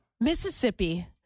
Mississippi